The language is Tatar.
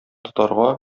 тотарга